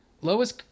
Lois